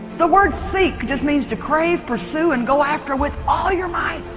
the word seek just means to crave pursue and go after with all your might